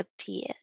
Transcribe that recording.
appeared